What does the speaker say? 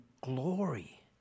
glory